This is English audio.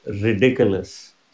ridiculous